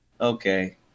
Okay